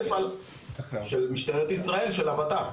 של משטרת ישראל, של הבט"פ.